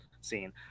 scene